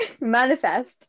Manifest